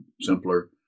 simpler